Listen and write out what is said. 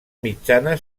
mitjana